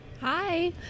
Hi